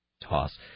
Toss